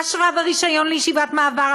אשרה ורישיון לישיבת מעבר,